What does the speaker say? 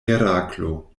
heraklo